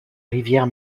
rivière